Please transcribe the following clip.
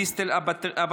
קלית דיסטל אטבריאן,